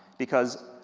because,